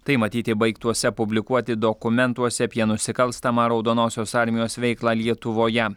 tai matyti baigtuose publikuoti dokumentuose apie nusikalstamą raudonosios armijos veiklą lietuvoje